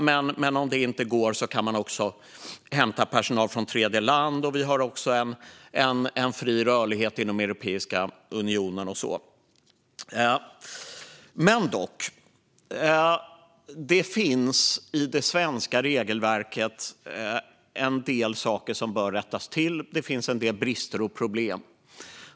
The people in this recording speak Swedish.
Men om det inte går kan man hämta personal från tredjeland. Vi har fri rörlighet inom Europeiska unionen. Det finns dock i det svenska regelverket en del saker som bör rättas till. Det finns en del brister och problem.